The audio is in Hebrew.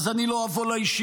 אז אני לא אבוא לישיבה,